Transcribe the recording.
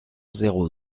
zéro